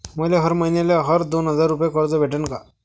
मले हर मईन्याले हर दोन हजार रुपये कर्ज भेटन का?